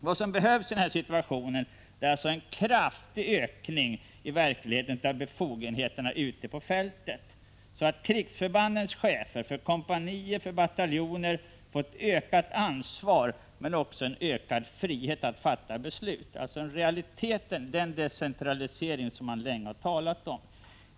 Vad som behövs i denna situation är alltså en kraftig ökning av befogenheterna ute på fältet, så att krigsförbandens chefer —-för kompanier och bataljoner — får ökat ansvar men också en ökad frihet att fatta beslut. Det gäller alltså i realiteten den decentralisering som man länge har talat om.